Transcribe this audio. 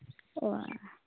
ᱚ